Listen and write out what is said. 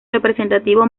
representativo